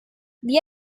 wie